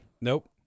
Nope